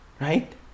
Right